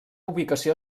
ubicació